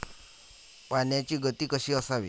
पाण्याची गती कशी असावी?